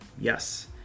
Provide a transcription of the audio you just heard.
yes